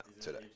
today